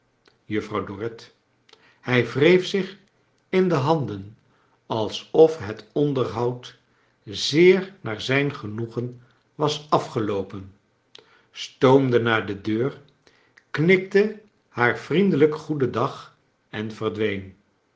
juffrouw dorrit hij wreef zich in de handen alsof net onderhoud zeer naar zijn genoegen was afgeloopen stoomde naar de deur knikte haar vriendelijk goeden dag en verdween